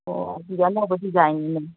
ꯑꯣ ꯑꯗꯨꯗꯤ ꯑꯅꯧꯕ ꯗꯤꯖꯥꯏꯟꯅꯤꯅꯦ